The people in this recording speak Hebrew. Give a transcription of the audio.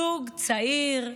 זוג צעיר,